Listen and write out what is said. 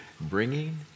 Bringing